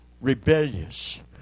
rebellious